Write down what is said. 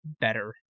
better